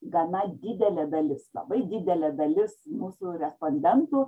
gana didelė dalis labai didelė dalis mūsų respondentų